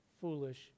foolish